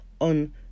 on